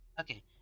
Okay